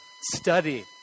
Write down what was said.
study